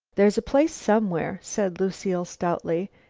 there's a place somewhere, said lucile stoutly,